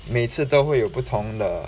每次都会有不同的